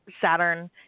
Saturn